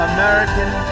American